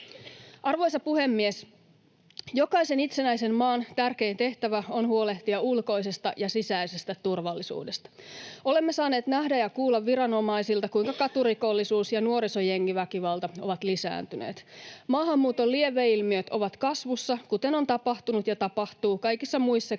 Arvoisa puhemies! Jokaisen itsenäisen maan tärkein tehtävä on huolehtia ulkoisesta ja sisäisestä turvallisuudesta. Olemme saaneet nähdä ja kuulla viranomaisilta, kuinka katurikollisuus ja nuorisojengiväkivalta ovat lisääntyneet. Maahanmuuton lieveilmiöt ovat kasvussa, kuten on tapahtunut ja tapahtuu kaikissa muissakin